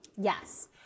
Yes